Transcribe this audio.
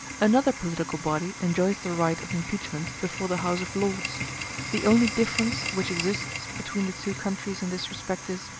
another political body enjoys the right of impeachment before the house of lords the only difference which exists between the two countries in this respect is,